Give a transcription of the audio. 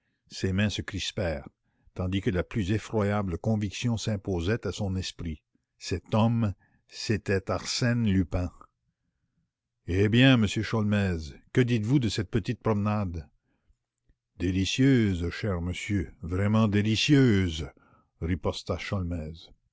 ses mains se crispèrent tandis que la plus effroyable conviction s'imposait à son esprit cet homme c'était arsène lupin eh bien m sholmès que dites-vous de cette petite promenade délicieuse cher monsieur absolument délicieuse riposta